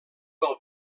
del